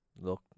Look